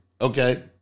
Okay